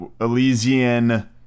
Elysian